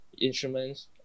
instruments